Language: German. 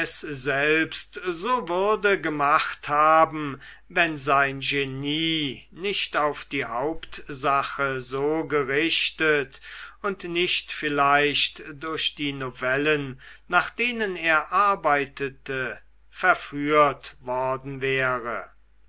selbst so würde gemacht haben wenn sein genie nicht auf die hauptsache so sehr gerichtet und nicht vielleicht durch die novellen nach denen er arbeitete verführt worden wäre